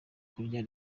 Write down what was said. kurya